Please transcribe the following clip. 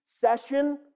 session